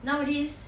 nowadays